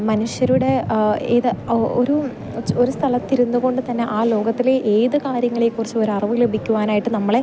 മനുഷ്യരുടെ ഏത് ഒരു അത് ഒരു സ്ഥലത്തിരുന്ന് കൊണ്ട് തന്നെ ആ ലോകത്തിലെ ഏത് കാര്യങ്ങളെ കുറിച്ചും ഒരു അറിവ് ലഭിക്കുവാനായിട്ട് നമ്മളെ